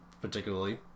particularly